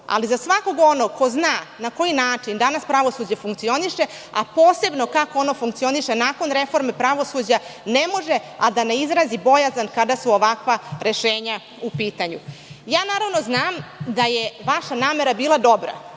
ali za svakog onog ko zna na koji način danas pravosuđe funkcioniše, a posebno kako ono funkcioniše nakon reforme pravosuđa, ne može a da ne izrazi bojazan kada su ovakva rešenja u pitanju. Naravno, znam da je vaša namera bila dobra.